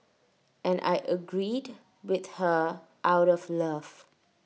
and I agreed with her out of love